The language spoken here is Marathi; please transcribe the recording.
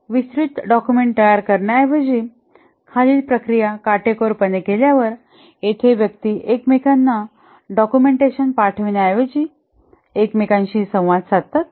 विस्तृत डॉक्युमेंट तयार करण्याऐवजी खालील प्रक्रिया काटेकोरपणे केल्यावर येथे व्यक्ती एकमेकांना डॉक्युमेंटेशन पाठविण्याऐवजी एकमेकांशी संवाद साधतात